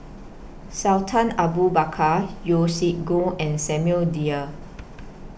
Sultan Abu Bakar Yeo Siak Goon and Samuel Dyer